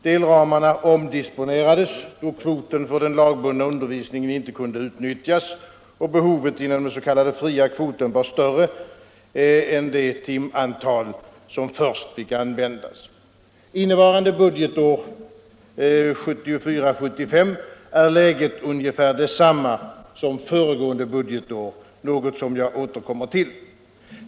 Delramarna omdisponerades då kvoten för den lagbundna undervisningen inte kunde utnyttjas och behovet inom den s.k. fria kvoten var större än det timantal som först fick användas. Innevarande budgetår, 1974/75, är läget ungefär detsamma som föregående budgetår, något som jag återkommer till.